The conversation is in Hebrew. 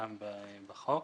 כהגדרתם בחוק.